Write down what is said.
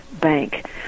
Bank